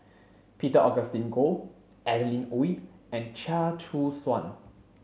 Peter Augustine Goh Adeline Ooi and Chia Choo Suan